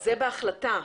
זה החלטה,